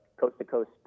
coast-to-coast